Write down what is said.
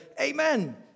Amen